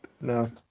No